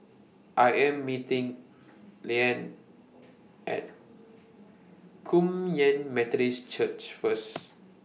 I Am meeting Layne At Kum Yan Methodist Church First